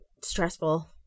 stressful